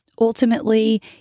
ultimately